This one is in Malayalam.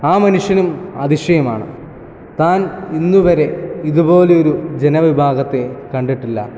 ആ മനുഷ്യനും അതിശയമാണ് താൻ ഇന്നുവരെ ഇതുപോലെ ഒരു ജനവിഭാഗത്തെ കണ്ടിട്ടില്ല